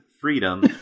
freedom